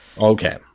Okay